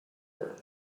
her